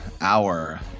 Hour